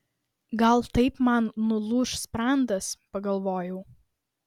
gal taip man nulūš sprandas pagalvojau